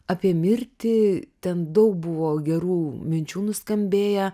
apie mirtį ten daug buvo gerų minčių nuskambėję